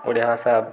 ଓଡ଼ିଆ ଭାଷା